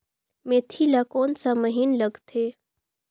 मेंथी ला कोन सा महीन लगथे?